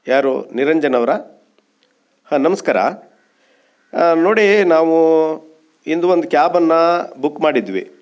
ಯಾರು ನಿರಂಜನ್ ಅವರಾ ಹಾಂ ನಮಸ್ಕಾರ ನೋಡಿ ನಾವು ಇಂದು ಒಂದು ಕ್ಯಾಬನ್ನು ಬುಕ್ ಮಾಡಿದ್ವಿ